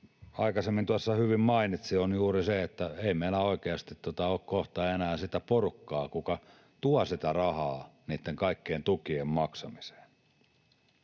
aikaisemmin tuossa hyvin mainitsi, ei meillä oikeasti ole kohta enää sitä porukkaa, mikä tuo sitä rahaa niitten kaikkien tukien maksamiseen.